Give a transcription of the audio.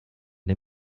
der